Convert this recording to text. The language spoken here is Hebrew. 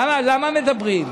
למה מדברים?